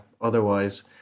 otherwise